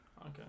Okay